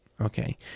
okay